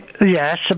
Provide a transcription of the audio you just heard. Yes